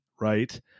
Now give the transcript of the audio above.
Right